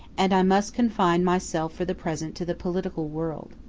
and i must confine myself for the present to the political world.